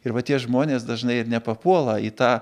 ir va tie žmonės dažnai ir nepapuola į tą